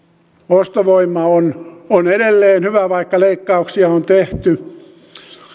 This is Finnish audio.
ostovoima on edelleen hyvä vaikka leikkauksia on tehty